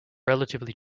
relatively